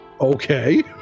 Okay